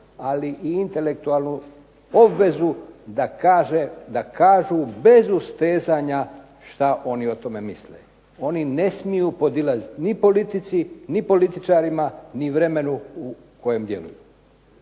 ali i intelektualnu obvezu da kažu bez ustezanja šta oni o tome misle. Oni ne smiju podilaziti ni politici, ni političarima, ni vremenu u kojem djeluju.